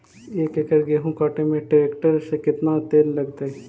एक एकड़ गेहूं काटे में टरेकटर से केतना तेल लगतइ?